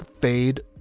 fade